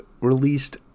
released